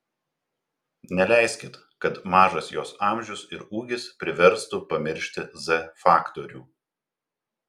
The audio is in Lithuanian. neleiskit kad mažas jos amžius ir ūgis priverstų pamiršti z faktorių